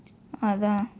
அதான்:athaan